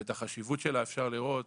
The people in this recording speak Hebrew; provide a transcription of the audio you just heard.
ואת החשיבות שלה אפשר לראות,